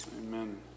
Amen